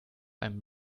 einem